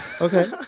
Okay